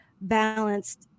balanced